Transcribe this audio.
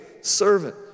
servant